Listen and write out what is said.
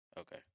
Okay